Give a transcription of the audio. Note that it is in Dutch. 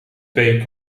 twee